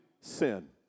sin